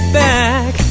back